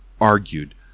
argued